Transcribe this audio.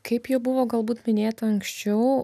kaip jau buvo galbūt minėta anksčiau